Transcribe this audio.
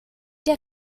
der